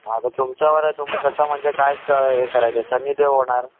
हा तर तुमच्यावर आहे तुम्ही कसं म्हणजे कायच हे करायचं म्हणजे शनी देव होणार